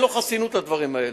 אין לו חסינות לדברים האלה.